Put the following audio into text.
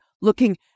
looking